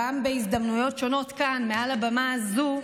גם בהזדמנויות שונות כאן מעל הבמה הזו,